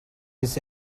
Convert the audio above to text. his